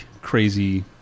crazy